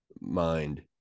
mind